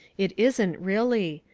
it isn't really.